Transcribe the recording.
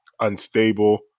unstable